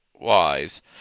wives